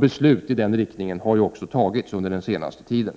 Beslut i den riktningen har också fattats under den senaste tiden.